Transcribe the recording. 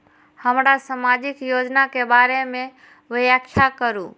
हमरा सामाजिक योजना के बारे में व्याख्या करु?